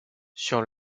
sur